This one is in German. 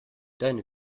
deine